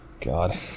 God